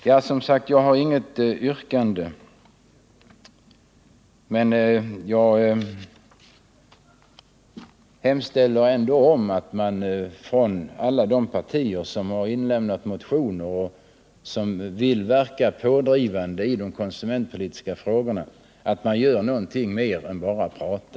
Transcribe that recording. Jag har som sagt inget yrkande beträffande näringsutskottets betänkande, men jag hemställer om att alla de partier som har avlämnat motioner och som vill verka pådrivande i de konsumentpolitiska frågorna gör någonting utöver att bara prata.